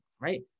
right